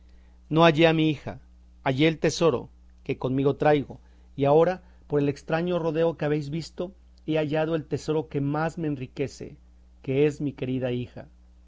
no hallé a mi hija hallé el tesoro que conmigo traigo y agora por el estraño rodeo que habéis visto he hallado el tesoro que más me enriquece que es a mi querida hija